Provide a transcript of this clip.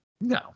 No